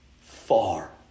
Far